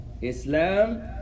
Islam